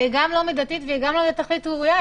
היא גם לא מידתית וגם לא לתכלית ראויה,